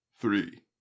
Three